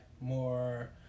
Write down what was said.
more